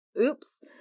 Oops